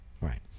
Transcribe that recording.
Right